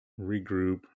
regroup